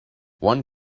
one